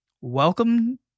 Welcome